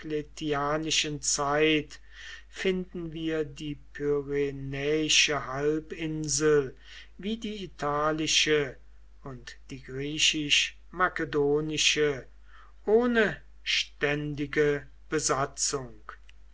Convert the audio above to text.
zeit finden wir die pyrenäische halbinsel wie die italische und die griechisch makedonische ohne ständige besatzung